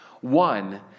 One